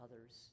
others